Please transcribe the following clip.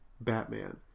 Batman